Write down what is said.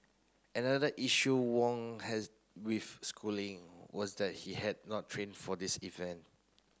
another issue Wong had with schooling was that he had not trained for this event